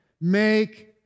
make